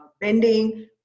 bending